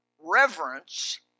reverence